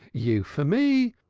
you for me,